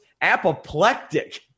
apoplectic